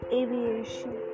aviation